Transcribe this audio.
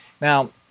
Now